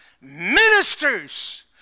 Ministers